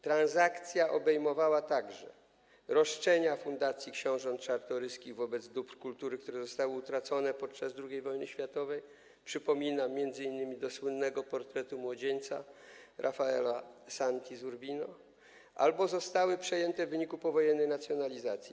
Transakcja obejmowała także roszczenia Fundacji Książąt Czartoryskich wobec dóbr kultury, które zostały utracone podczas II wojny światowej, przypominam, m.in. do słynnego „Portretu młodzieńca” Rafaela Santi z Urbino, albo zostały przejęte w wyniku powojennej nacjonalizacji.